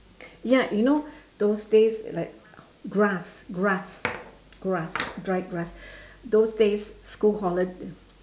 ya you know those days like grass grass grass dried grass those days school holiday